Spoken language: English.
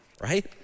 right